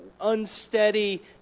unsteady